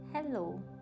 Hello